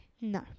No